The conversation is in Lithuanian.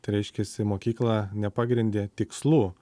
tai reiškiasi mokykla nepagrindė tikslų